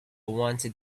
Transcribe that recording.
wanted